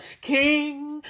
King